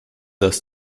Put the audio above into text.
dass